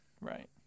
Right